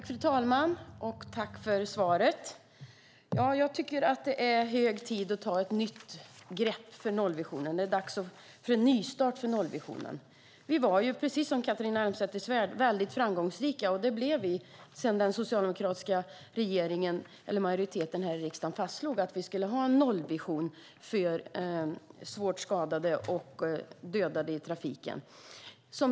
Fru talman! Tack, statsrådet, för svaret! Det är hög tid att ta ett nytt grepp för nollvisionen. Det är dags för en nystart för nollvisionen. Vi var, precis som Catharina Elmsäter-Svärd sade, väldigt framgångsrika. Det blev vi sedan den socialdemokratiska majoriteten i riksdagen fastslog att vi skulle ha en nollvision för svårt skadade och dödade i trafiken.